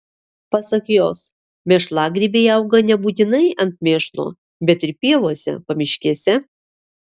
pasak jos mėšlagrybiai auga nebūtinai ant mėšlo bet ir pievose pamiškėse